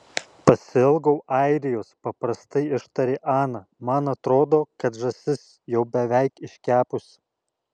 pasiilgau airijos paprastai ištarė ana man atrodo kad žąsis jau beveik iškepusi